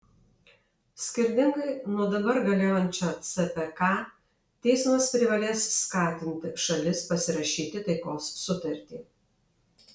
skirtingai nuo dabar galiojančio cpk teismas privalės skatinti šalis pasirašyti taikos sutartį